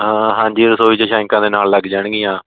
ਹਾਂ ਹਾਂਜੀ ਰਸੋਈ 'ਚ ਛਿੰਕਾਂ ਦੇ ਨਾਲ ਲੱਗ ਜਾਣਗੀਆਂ